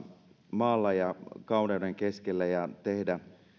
maalla kauneuden keskellä ja tehdä